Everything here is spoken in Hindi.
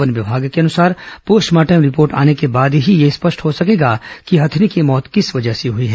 वन विभाग के अनुसार पोस्टमार्टम रिपोर्ट आने के बाद ही यह स्पष्ट हो सकेगा कि हथिनी की मौत किस वजह से हुई है